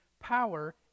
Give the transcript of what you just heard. power